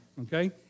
okay